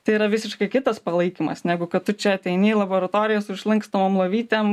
tai yra visiškai kitas palaikymas negu kad tu čia ateini į laboratorijas ir išlankstomom lovytėm